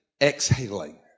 exhaling